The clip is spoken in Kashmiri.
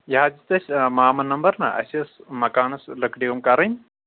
یہِ حظ دیُٚت اَسہِ مامَن نمبر نہ اَسہِ ٲس مکانَس لٔکرِ ہُم کَرٕنۍ